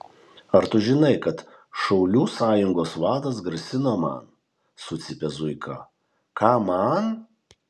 ar tu žinai kad šaulių sąjungos vadas grasino man sucypė zuika ką man